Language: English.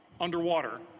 underwater